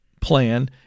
plan